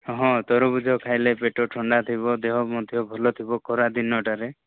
ହଁ ତରଭୁଜ ଖାଇଲେ ପେଟ ଠଣ୍ଡା ଥିବ ଦେହ ମଧ୍ୟ ଭଲ ଥିବ ଖରାଦିନଟାରେ